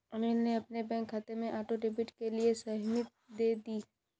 अनिल ने अपने बैंक खाते में ऑटो डेबिट के लिए सहमति दे दी